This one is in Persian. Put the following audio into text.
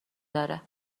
داره